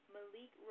Malik